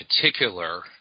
particular